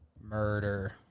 murder